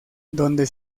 donde